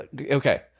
Okay